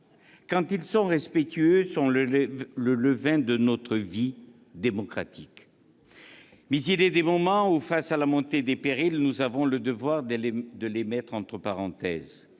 quand ils sont respectueux, sont le levain de notre vie démocratique, mais il est des moments où, face à la montée des périls, nous avons le devoir de mettre ces différends entre parenthèses.